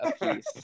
apiece